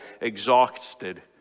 exhausted